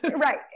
right